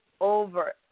over